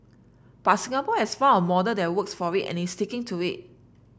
but Singapore has found a model that works for it and is sticking to it